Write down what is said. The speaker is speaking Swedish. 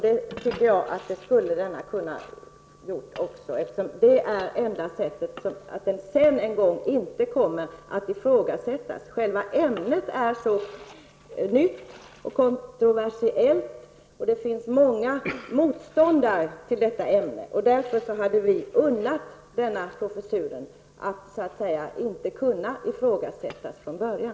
Det tycker jag borde ha skett, eftersom det är enda sättet att säkerställa att den inte senare kommer att ifrågasättas. Själva ämnet är så nytt och kontroversiellt, och det finns många motståndare till detta ämne. Därför hade vi unnat denna professur att så att säga inte kunna ifrågasättas från början.